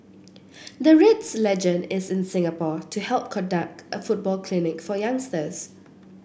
the Reds legend is in Singapore to help conduct a football clinic for youngsters